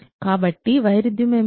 కాబట్టి వైరుధ్యం ఏమిటి